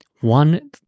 one